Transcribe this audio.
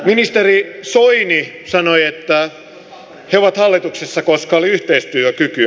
ministeri soini sanoi että he ovat hallituksessa koska oli yhteistyökykyä